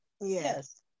Yes